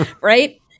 right